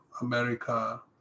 America